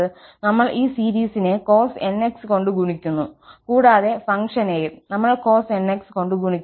നമ്മൾ ഈ സീരീസിനെ cos nx കൊണ്ട് ഗുണിക്കുന്നു കൂടാതെ ഫംഗ്ഷനെയും നമ്മൾ cos nx കൊണ്ട് ഗുണിക്കുന്നു